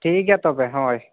ᱴᱷᱤᱠ ᱜᱮᱭᱟ ᱛᱚᱵᱮ ᱦᱳᱭ